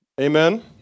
Amen